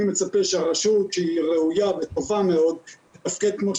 אני מצפה שהרשות שהיא ראויה וטובה מאוד תתפקד כמו